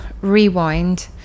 rewind